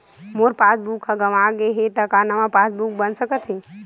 मोर passbook ह गंवा गे हे त का नवा पास बुक बन सकथे?